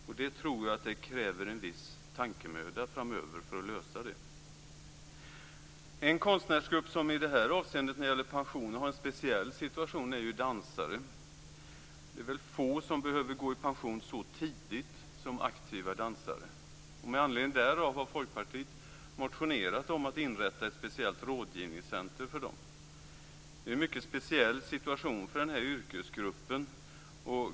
Jag tror att det krävs en viss tankemöda framöver för att lösa det. En konstnärsgrupp som när det gäller pensionen har en speciell situation är dansarna. Det är väl få som behöver gå i pension så tidigt som aktiva dansare. Med anledning därav har vi i Folkpartiet motionerat om att ett speciellt rådgivningscenter skall upprättas för dem. Det är en mycket speciell situation för den här yrkesgruppen.